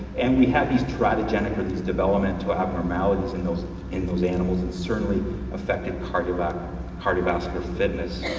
and we have these teratogenetic or these developmental abnormalities in those in those animals and certainly affected cardiovascular cardiovascular fitness.